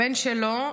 הבן שלו,